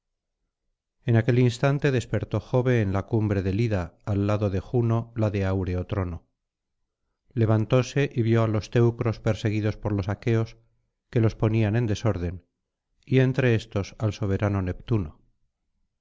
en aquel instante despertó jove en la cumbre del ida al lado de juno la de áureo trono levantóse y vio á los teucros perseguidos por los aqueos que los ponían en desorden y entre éstos al soberano neptuno